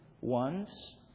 ones